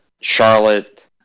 Charlotte